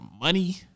money